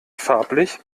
farblich